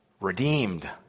redeemed